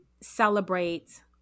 celebrate